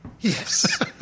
Yes